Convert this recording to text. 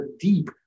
deep